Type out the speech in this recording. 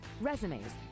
resumes